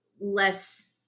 less